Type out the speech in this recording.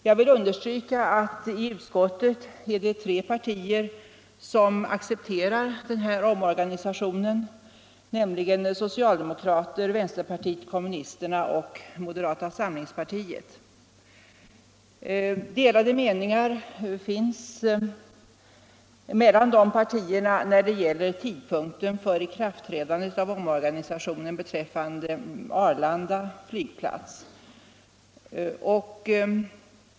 Jag vill understryka att det i utskottet är tre partier som accepterar omorganisationen, nämligen socialdemokraterna, vänsterpartiet kommunisterna och moderata samlingspartiet. Delade meningar finns mellan de partierna när det gäller tidpunkten för ikraftträdandet av omorganisationen beträffande Arlanda flygplats.